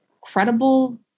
credible